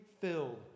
filled